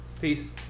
Peace